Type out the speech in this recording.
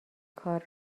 کار